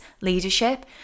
leadership